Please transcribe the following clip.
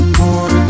more